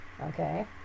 okay